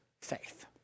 faith